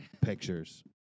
pictures